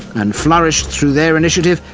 and flourished through their initiative,